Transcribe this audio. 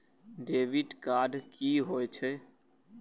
Debit card की होय छे?